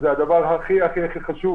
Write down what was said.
שזה הדבר הכי חשוב,